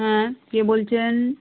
হ্যাঁ কে বলছেন